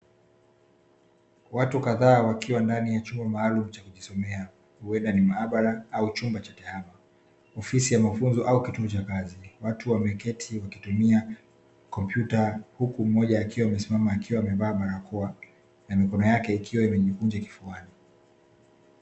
Watu kadhaa wakiwa ndani ya chumba maalumu cha kujisomea huenda ni maabara au chumba cha tehema, osifi ya mafunzo au kituo cha kazi. Watu wameketi wakitumia kompyuta, huku mmoja akiwa amesimama akiwa amevaa barakoa na mikono yake ikiwa imejikunja kifuani.